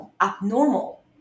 Abnormal